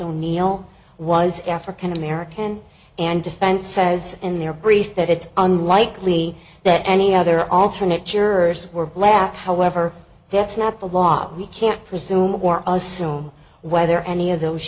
o'neal was african american and defense says in their grief that it's unlikely that any other alternate jurors were black however that's not the law we can't presume assume whether any of those